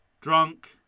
drunk